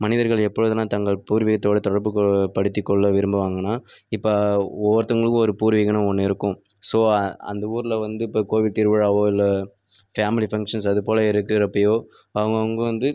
மனிதர்கள் எப்பொழுதெல்லாம் தங்கள் பூர்வீகத்தோடு தொடர்புப்படுத்தி கொள்ள விரும்புவாங்கன்னால் இப்போ ஒவ்வொருத்தங்களுக்கும் ஒரு பூர்வீகம்னு ஒன்று இருக்கும் ஸோ அந்த ஊரில் வந்து இப்போ கோவில் திருவிழாவோ இல்லை ஃபேமிலி ஃபங்க்ஷன்ஸ் அது போல இருக்குறப்பவோ அவங்கவங்க வந்து